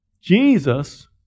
Jesus